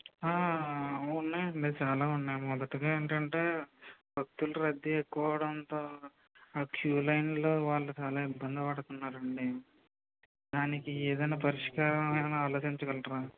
ఉన్నాయండి చాలా ఉన్నాయి మొదటిగా ఏంటంటే భక్తుల రద్దీ ఎక్కువవడంతో ఆ క్యూ లైన్లలో వాళ్ళు చాలా ఇబ్బంది పడుతున్నారండీ దానికి ఏదైనా పరిష్కారం ఏమైనా ఆలోచించగలరా